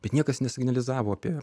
bet niekas nesignalizavo apie